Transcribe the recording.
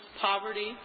poverty